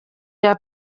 cya